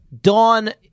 Dawn